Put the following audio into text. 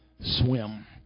swim